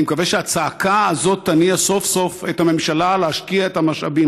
אני מקווה שהצעקה הזאת תניע סוף-סוף את הממשלה להשקיע את המשאבים.